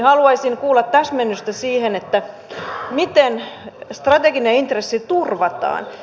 haluaisin kuulla täsmennystä siihen miten strateginen intressi turvataan